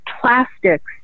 plastics